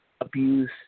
abuse